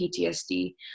PTSD